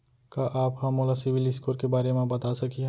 का आप हा मोला सिविल स्कोर के बारे मा बता सकिहा?